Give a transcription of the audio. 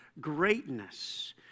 greatness